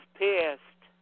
pissed